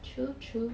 true true